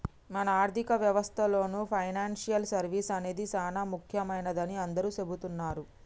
మన ఆర్థిక వ్యవస్థలో పెనాన్సియల్ సర్వీస్ అనేది సానా ముఖ్యమైనదని అందరూ సెబుతున్నారు